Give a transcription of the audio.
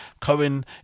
Cohen